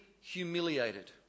humiliated